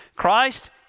Christ